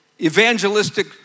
evangelistic